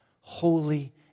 Holy